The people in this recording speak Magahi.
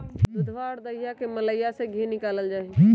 दूधवा और दहीया के मलईया से धी निकाल्ल जाहई